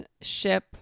ship